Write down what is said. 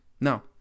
Now